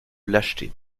lâcheté